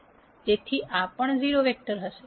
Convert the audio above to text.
તેથી આ પણ 0 વેક્ટર હશે